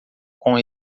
com